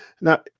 now